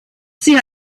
sie